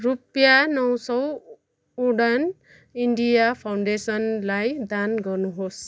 रुपियाँ नौ सौ उडान इन्डिया फाउन्डेसनलाई दान गर्नुहोस्